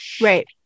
Right